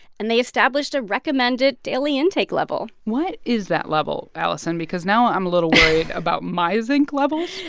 and they established a recommended daily intake level what is that level, allison? because now i'm a little worried. about my zinc levels,